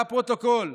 לפרוטוקול,